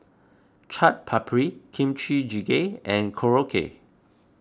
Chaat Papri Kimchi Jjigae and Korokke